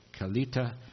Kalita